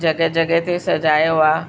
जॻहि जॻहि ते सॼायो आहे